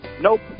nope